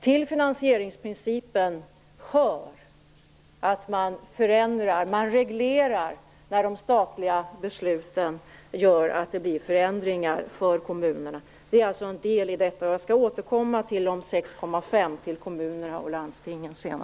Till finansieringsprincipen hör att man förändrar, reglerar, när de statliga besluten gör att det blir förändringar för kommunerna. Det är alltså en del i detta.